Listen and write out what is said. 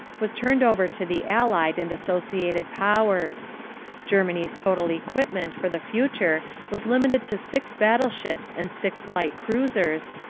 was turned over to the allied and associated powers germany's total equipment for the future was limited to six battleships and six light cruisers,